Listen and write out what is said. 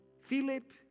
Philip